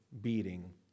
beating